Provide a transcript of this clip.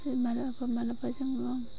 मानो होनबा जोङो